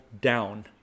down